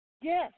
Yes